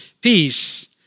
Peace